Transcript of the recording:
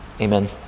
Amen